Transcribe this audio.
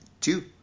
two